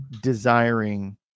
desiring